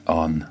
on